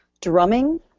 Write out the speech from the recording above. Drumming